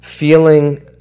Feeling